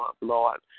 Lord